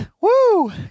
Woo